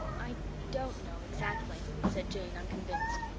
i don't know exactly, said jane unconvinced.